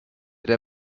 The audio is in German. der